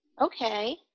Okay